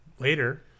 Later